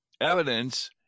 evidence